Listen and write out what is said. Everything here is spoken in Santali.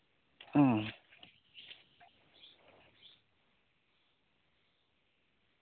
ᱦᱩᱸ